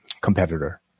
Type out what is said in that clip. competitor